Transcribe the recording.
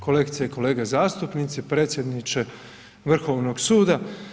Kolegice i kolege zastupnici, predsjedniče Vrhovnog suda.